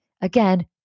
again